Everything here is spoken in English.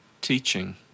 teaching